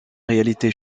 réalité